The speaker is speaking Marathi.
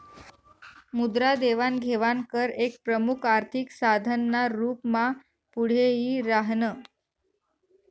मुद्रा देवाण घेवाण कर एक प्रमुख आर्थिक साधन ना रूप मा पुढे यी राह्यनं